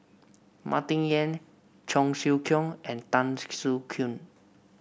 Martin Yan Cheong Siew Keong and Tan Soo Khoon